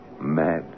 mad